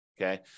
Okay